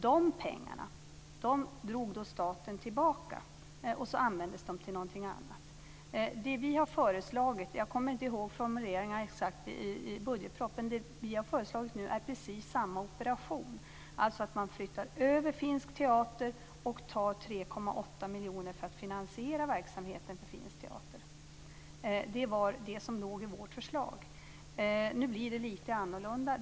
Dessa pengar drog staten tillbaka och använde till någonting annat. Jag kommer inte ihåg de exakta formuleringarna i budgetpropositionen, men det som vi har föreslagit är precis samma operation, alltså att man flyttar över finsk teater och tar bort 3,8 miljoner från anslaget för att finansiera verksamheten för finsk teater. Det var tanken bakom vårt förslag. Nu blir det lite annorlunda.